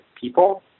people